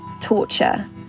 torture